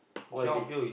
what you mean